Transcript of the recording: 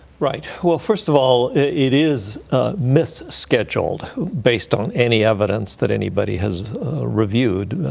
right. well, first of all, it is mis-scheduled, based on any evidence that anybody has reviewed,